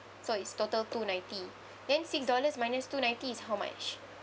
so it's total two ninety then six dollars minus two ninety is how much